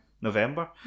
November